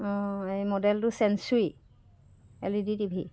অ' এই মডেলটো Sansui L E D TV